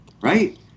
right